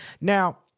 Now